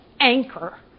anchor